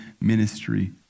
ministry